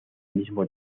mismo